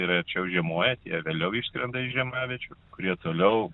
ir arčiau žiemoja tie vėliau išskrenda iš žiemaviečių kurie toliau